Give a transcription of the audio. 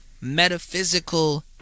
Metaphysical